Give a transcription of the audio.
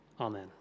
Amen